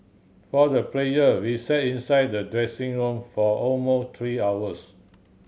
for the players we sat inside the dressing room for almost three hours